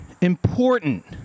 important